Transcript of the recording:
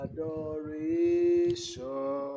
Adoration